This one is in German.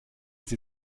sie